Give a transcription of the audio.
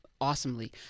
awesomely